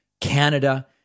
Canada